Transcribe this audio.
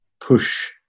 push